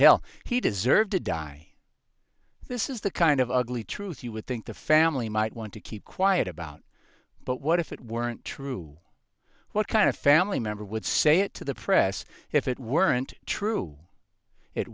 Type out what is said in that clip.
hell he deserved to die this is the kind of ugly truth you would think the family might want to keep quiet about but what if it weren't true what kind of family member would say it to the press if it weren't true it